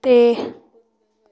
ਤੇ